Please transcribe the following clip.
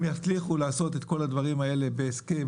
אם יצליחו לעשות את כל הדברים האלה בהסכם